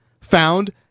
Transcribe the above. found